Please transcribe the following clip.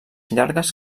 llargues